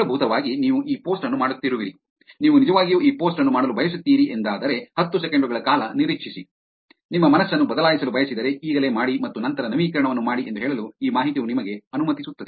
ಮೂಲಭೂತವಾಗಿ ನೀವು ಈ ಪೋಸ್ಟ್ ಅನ್ನು ಮಾಡುತ್ತಿರುವಿರಿ ನೀವು ನಿಜವಾಗಿಯೂ ಈ ಪೋಸ್ಟ್ ಅನ್ನು ಮಾಡಲು ಬಯಸುತ್ತೀರಿ ಎಂದಾದರೆ ಹತ್ತು ಸೆಕೆಂಡು ಗಳ ಕಾಲ ನಿರೀಕ್ಷಿಸಿ ನಿಮ್ಮ ಮನಸ್ಸನ್ನು ಬದಲಾಯಿಸಲು ಬಯಸಿದರೆ ಈಗಲೇ ಮಾಡಿ ಮತ್ತು ನಂತರ ನವೀಕರಣವನ್ನು ಮಾಡಿ ಎಂದು ಹೇಳಲು ಈ ಮಾಹಿತಿಯು ನಿಮಗೆ ಅನುಮತಿಸುತ್ತದೆ